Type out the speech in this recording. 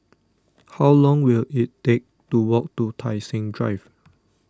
how long will it take to walk to Tai Seng Drive